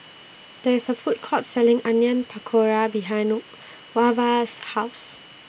There IS A Food Court Selling Onion Pakora behind Wava's House